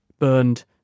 burned